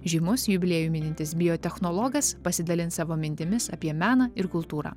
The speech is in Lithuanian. žymus jubiliejų minintis biotechnologijas pasidalins savo mintimis apie meną ir kultūrą